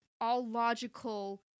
all-logical